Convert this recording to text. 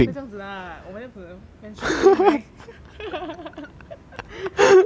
不要这样子 lah 我们这样子 friendship 变成来